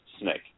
snake